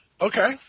Okay